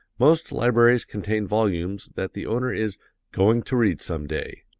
most libraries contain volumes that the owner is going to read some day.